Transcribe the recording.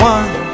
One